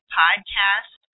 podcast